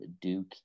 Duke